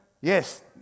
yes